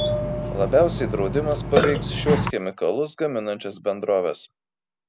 labiausiai draudimas paveiks šiuos chemikalus gaminančias bendroves